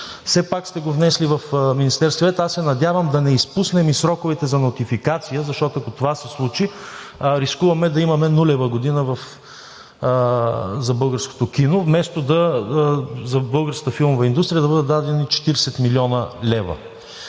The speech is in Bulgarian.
все пак сте го внесли в Министерския съвет. Аз се надявам, да не изпуснем и сроковете за нотификация, защото, ако това се случи, рискуваме да имаме нулева година за българското кино, вместо за българската филмова индустрия да бъдат дадени 40 млн. лв.